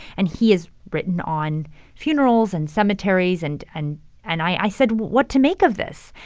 and he has written on funerals and cemeteries. and and and i said, what to make of this?